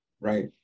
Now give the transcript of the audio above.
Right